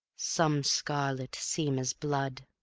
some scarlet seem as blood.